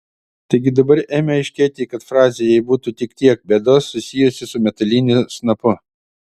taigi dabar ėmė aiškėti kad frazė jei būtų tik tiek bėdos susijusi su metaliniu snapu